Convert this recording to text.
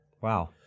Wow